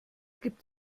gibt